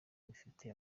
bifite